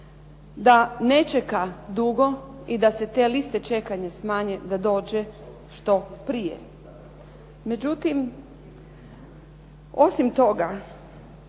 da ne čeka dugo i da se te liste čekanja smanje, da dođe što prije. Međutim, osim toga,